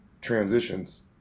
transitions